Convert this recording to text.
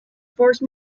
force